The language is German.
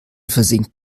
versinken